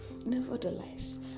nevertheless